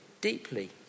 deeply